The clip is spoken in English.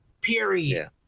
Period